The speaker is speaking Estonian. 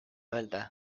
öelda